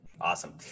Awesome